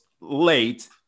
late